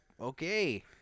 okay